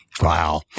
Wow